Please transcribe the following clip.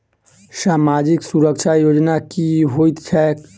सामाजिक सुरक्षा योजना की होइत छैक?